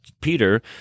Peter